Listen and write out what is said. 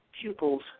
pupils